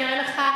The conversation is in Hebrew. אני אראה לך,